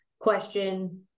question